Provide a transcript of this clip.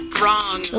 wrong